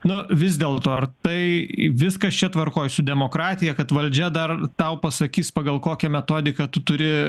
na vis dėlto tai viskas čia tvarkoje su demokratija kad valdžia dar tau pasakys pagal kokią metodiką tu turi